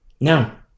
Now